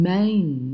Main